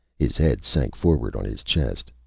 his head sank forward on his chest.